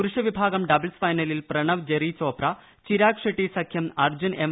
പുരുഷ വിഭാഗം ഡബിൾസ് ഫൈനലിൽ പ്രണവ് ജെറിചോപ്ര ചിരാഗ് ഷെട്ടി സഖ്യം അർജ്ജുൻ എം